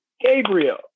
gabriel